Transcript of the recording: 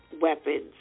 weapons